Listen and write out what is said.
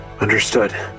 Understood